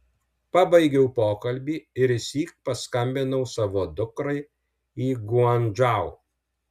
pabaigiau pokalbį ir išsyk paskambinau savo dukrai į guangdžou